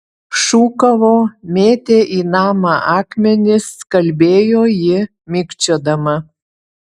šūkavo mėtė į namą akmenis kalbėjo ji mikčiodama